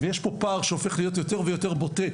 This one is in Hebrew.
ויש פה פער שהופך להיות יותר ויותר בוטה,